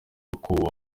koko